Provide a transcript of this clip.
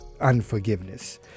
unforgiveness